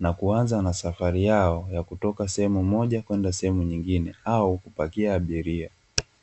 na kuanza na safari yao ya kutoka sehemu moja kwenda sehemu nyingine au kupakia abiria.